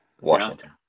Washington